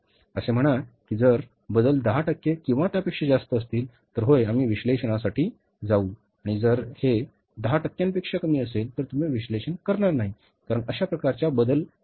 असे म्हणा की जर बदल 10 टक्के किंवा त्यापेक्षा जास्त असतील तर होय आम्ही विश्लेषणासाठी जाऊ आणि जर हे 10 टक्क्यांपेक्षा कमी असेल तर तुम्ही विश्लेषण करणार नाही कारण अशा प्रकारच्या बदल घडण्याची अपेक्षा आहे